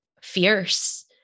fierce